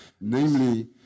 Namely